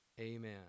amen